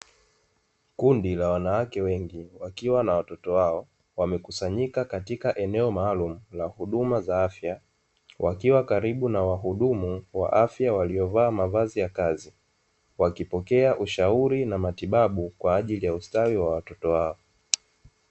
Kundi la wanawake wengi wakiwa na watoto wao, wamekusanyika katika eneo maalumu la huduma za afya, wakiwa karibu na wahudumu wa afya waliovaa mavazi ya kazi, wakipokea ushauri na matibabu kwa ajili ya ustawi wa watoto wao.